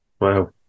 wow